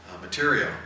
material